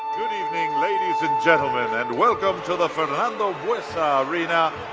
good evening ladies and gentlemen and welcome to the fernando arena.